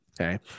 okay